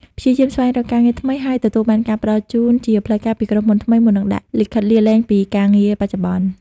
ព្យាយាម ស្វែងរកការងារថ្មី ហើយ ទទួលបានការផ្តល់ជូនជាផ្លូវការ ពីក្រុមហ៊ុនថ្មី មុននឹងដាក់លិខិតលាលែងពីការងារបច្ចុប្បន្ន។